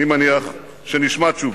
אני מניח שנשמע תשובה.